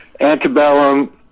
antebellum